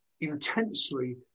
intensely